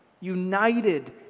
united